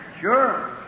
Sure